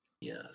Yes